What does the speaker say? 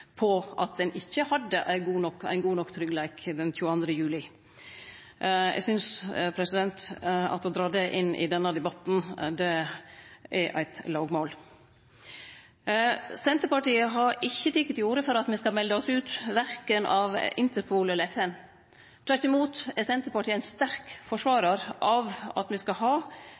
på at ein ikkje hadde ein god nok tryggleik den 22. juli. Eg synest at å dra det inn i denne debatten er eit lågmål. Senterpartiet har ikkje teke til orde for at me skal melde oss ut av verken Interpol eller FN. Tvert imot er Senterpartiet ein sterk forsvarar av at me skal ha